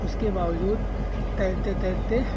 उसके बाबजूद तैरते तैरते